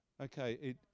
Okay